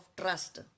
trust